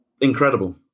incredible